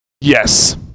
yes